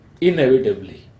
Inevitably